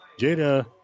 Jada